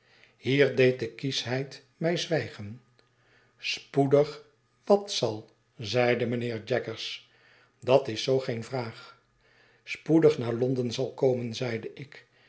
hier deed de kieschheid mij zwijgen spoedig wat zal zeide mijnheer jaggers dat is zoo geen vraag spoedig naar london zal komen zeide ik